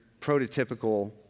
prototypical